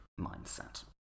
mindset